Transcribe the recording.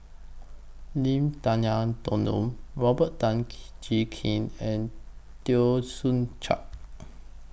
Lim Denan Denon Robert Tan Kee Jee Keng and Teo Soon Chuan